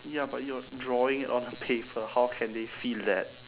ya but you're drawing it on a paper how can they feel that